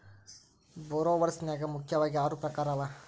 ಭಾರೊವರ್ಸ್ ನ್ಯಾಗ ಮುಖ್ಯಾವಗಿ ಆರು ಪ್ರಕಾರವ